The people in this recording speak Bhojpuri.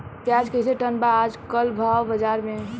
प्याज कइसे टन बा आज कल भाव बाज़ार मे?